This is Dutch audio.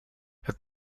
het